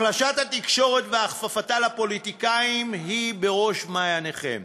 החלשת התקשורת והכפפתה לפוליטיקאים היא בראש מעייניכם.